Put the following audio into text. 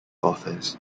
offers